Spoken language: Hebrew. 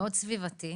סביבתי,